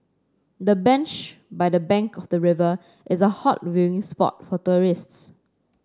the bench by the bank of the river is a hot viewing spot for tourists